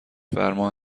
فرما